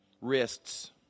Wrists